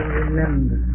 remember